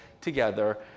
together